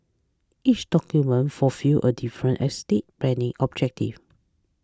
each document fulfils a different estate planning objective